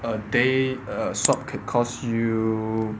a day a swap could cost you